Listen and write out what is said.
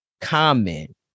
comment